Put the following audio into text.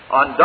on